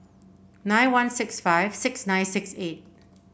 nine one six five six nine six eight